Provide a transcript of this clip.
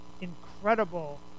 incredible